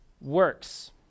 works